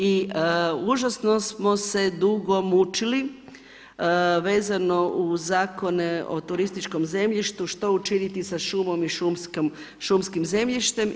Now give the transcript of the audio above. I užasno smo se dugo mučili vezano uz zakone o turističkom zemljištu, što učiniti sa šumom i šumskim zemljištem.